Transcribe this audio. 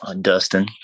Dustin